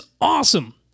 awesome